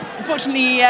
unfortunately